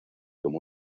como